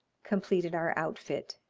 completed our outfit.